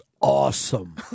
awesome